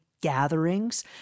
gatherings